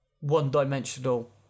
one-dimensional